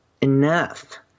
enough